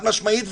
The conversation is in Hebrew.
חד-משמעית,